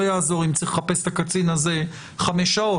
לא יעזור אם צריך לחפש את הקצין הזה חמש שעות.